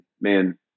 man